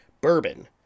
bourbon